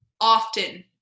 often